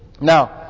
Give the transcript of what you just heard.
Now